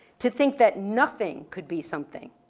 to think that nothing could be something,